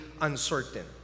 uncertain